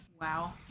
Wow